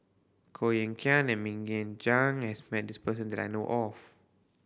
Koh Eng Kian and Mok Ying Jang has met this person that I know of